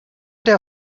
der